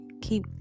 Keep